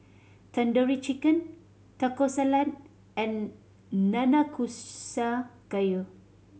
Tandoori Chicken Taco Salad and Nanakusa Gayu